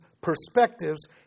perspectives